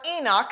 Enoch